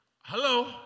Hello